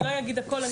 אני לא אגיד הכול,